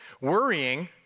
Worrying